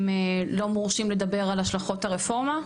הם לא מורשים לדבר על השלכות הרפורמה?